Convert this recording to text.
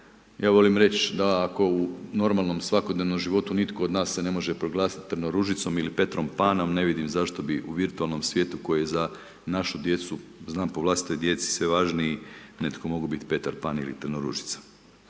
ja volim reć' da ako u normalnom svakodnevnom životu nitko od nas se ne može proglasit Trnoružicom ili Petrom Panom, ne vidim zašto bi u virtualnom svijetu koji je za našu djecu, znam po vlastitoj djeci sve važniji, netko mogao biti Petar Pan ili Trnoružica.